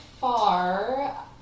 far